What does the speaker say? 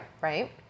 Right